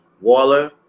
Waller